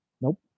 Nope